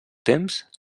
temps